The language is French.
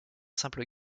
simple